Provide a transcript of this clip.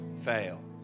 fail